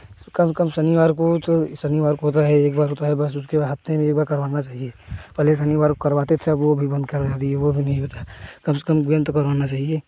कम कम शनिवार को तो शनिवार को होता है एक बार होता है बस उसके हफ़्ते में एक बार करवाना चाहिए पहले शनिवार को करवाते थे अब वह भी बंद करवा दिए व भी नहीं होता है कम से कम गेम तो करवाना चाहिए